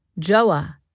Joah